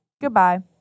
Goodbye